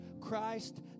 Christ